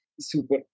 Super